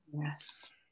Yes